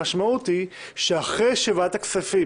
המשמעות היא שאחרי שוועדת הכספים,